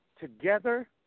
together